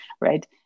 right